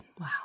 Wow